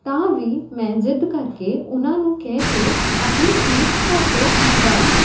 ਤਾਂ ਵੀ ਮੈਂ ਜ਼ਿੱਦ ਕਰਕੇ ਉਹਨਾਂ ਨੂੰ ਕਹਿ ਕੇ ਆਪਣੀ ਚੀਜ਼ ਘਰ ਤੋਂ ਮੰਗਾ ਲਈ